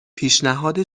پیشنهاد